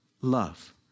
love